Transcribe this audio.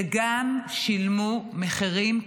וגם שילמו מחירים כבדים,